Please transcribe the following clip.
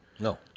No